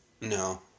No